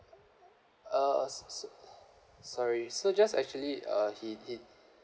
uh s~ s~ sorry so just actually uh he he